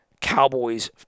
Cowboys